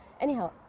Anyhow